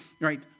right